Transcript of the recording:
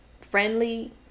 friendly